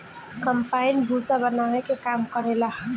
combine भूसा बानावे के काम करेला